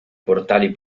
portali